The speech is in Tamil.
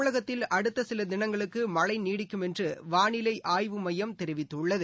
தமிழகத்தில் அடுத்த சில தினங்களுக்கு மழை நீடிக்கும் என்று வானிலை ஆய்வு மையம் தெரிவித்துள்ளது